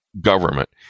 government